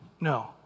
No